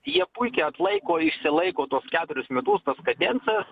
jie puikiai atlaiko išsilaiko tuos keturis metus tas kadencijas